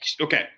okay